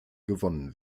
gewonnen